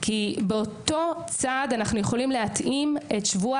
כי באותו צעד אנחנו יכולים להתאים את שבוע